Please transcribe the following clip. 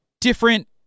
different